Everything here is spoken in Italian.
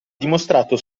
dimostrato